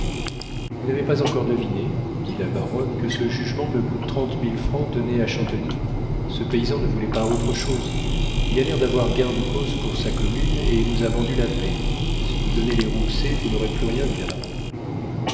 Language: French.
vous n'avez pas encore deviné dit la baronne que ce jugement me coûte trente mille francs donnés à chantonnit ce paysan ne voulait pas autre chose il a l'air d'avoir gain de cause pour sa commune et il nous a vendu la paix si vous donnez les rouxey vous n'aurez plus rien dit la baronne